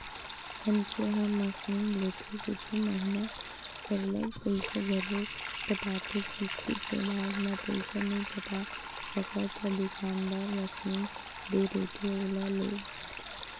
मनखे ह मसीनलेथे कुछु महिना सरलग पइसा घलो पटाथे किस्ती के बाद म पइसा नइ पटा सकय ता दुकानदार मसीन दे रहिथे ओला लेग जाथे